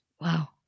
Wow